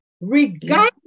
regardless